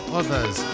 others